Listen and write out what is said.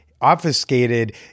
obfuscated